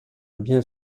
bien